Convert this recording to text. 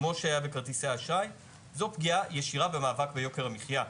כמו שהיה בכרטיסי האשראי זוהי פגיעה ישירה במאבק ביוקר המחיה.